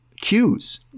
cues